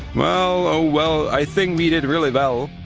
well oh well, i think we did really well,